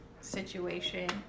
situation